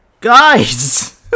guys